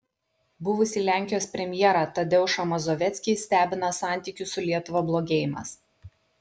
buvusį lenkijos premjerą tadeušą mazoveckį stebina santykių su lietuva blogėjimas